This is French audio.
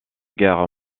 guerre